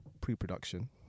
pre-production